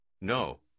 No